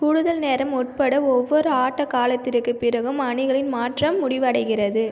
கூடுதல் நேரம் உட்பட ஒவ்வொரு ஆட்டக் காலத்திற்குப் பிறகும் அணிகளின் மாற்றம் முடிவடைகிறது